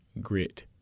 grit